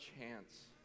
chance